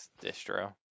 distro